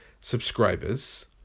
subscribers